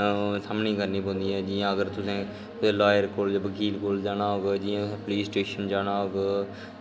सामना करने पौंदियां जि'यां अगर तुसें कोई लायर कोल बकील कोल बकील कोल जाना होग पुलिस स्टेशन जाना होग